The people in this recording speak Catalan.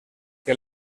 que